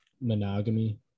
monogamy